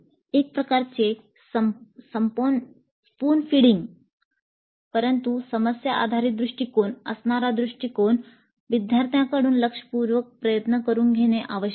एक प्रकारचे spoon feeding परंतु समस्या आधारित दृष्टिकोन असणारा दृष्टीकोन विद्यार्थ्याकडून लक्षपूर्वक प्रयत्न करुन घेणे आवश्यक आहे